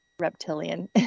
reptilian